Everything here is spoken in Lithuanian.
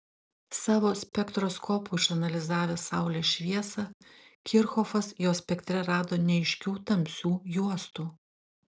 savo spektroskopu išanalizavęs saulės šviesą kirchhofas jos spektre rado neaiškių tamsių juostų